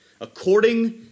according